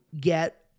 get